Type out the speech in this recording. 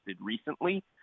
recently